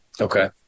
Okay